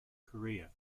career